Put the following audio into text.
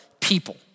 people